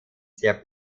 sehr